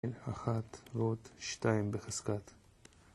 1 ועוד 2 בחזקת